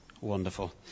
Wonderful